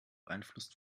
beeinflusst